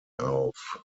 auf